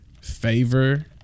Favor